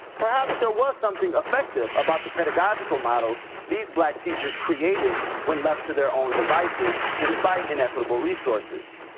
perhaps there was something effective about the pedagogical models these black teachers created when left to their own devices, despite inequitable resources.